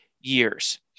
years